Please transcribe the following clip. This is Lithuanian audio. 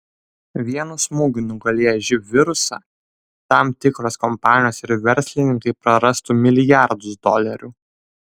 vienu smūgiu nugalėję živ virusą tam tikros kompanijos ir verslininkai prarastų milijardus dolerių